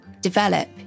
develop